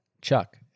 Chuck